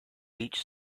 each